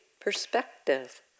perspective